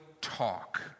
talk